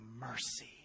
mercy